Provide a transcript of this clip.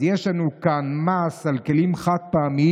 אז יש לנו כאן מס על כלים חד-פעמיים.